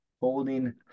holding